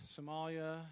Somalia